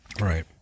Right